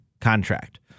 contract